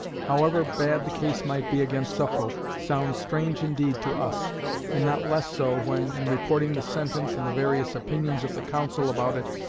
however bad the case might be against suffolk, sound strange indeed to us and not less so when, in reporting the sentence and the various opinions of the council about it,